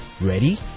Ready